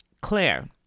Claire